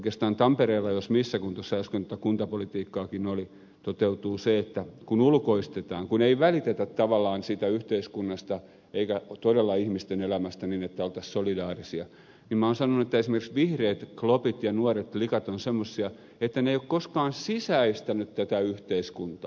oikeastaan tampereella jos missä kun tuossa äsken tuota kuntapolitiikkaakin oli toteutuu se kun ulkoistetaan että ei välitetä tavallaan siitä yhteiskunnasta eikä todella ihmisten elämästä niin että oltaisiin solidaarisia ja minä olen sanonut että esimerkiksi vihreät klopit ja nuoret likat ovat semmoisia että ne eivät ole koskaan sisäistäneet tätä yhteiskuntaa